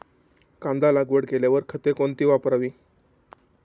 कांदा लागवड केल्यावर खते कोणती वापरावी?